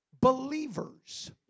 believers